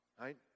Right